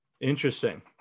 Interesting